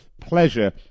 pleasure